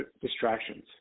distractions